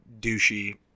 douchey